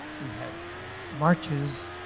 we had marches.